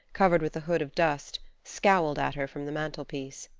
covered with a hood of dust, scowled at her from the mantelpiece.